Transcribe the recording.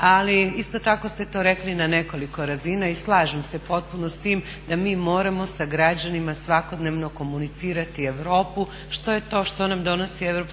Ali isto tako ste to rekli na nekoliko razina i slažem se potpuno s tim da mi moramo sa građanima svakodnevno komunicirati Europu što je to što nam donosi EU,